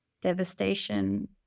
devastation